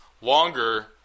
longer